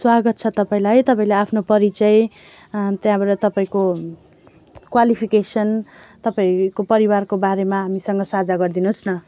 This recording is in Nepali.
स्वागत छ तपाईँलाई तपाईँले आफ्नो परिचय त्यहाँबाट तपाईँको क्वालिफिकेसन तपाईँको परिवारको बारेमा हामीसँग साझा गरिदिनु होस् न